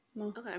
Okay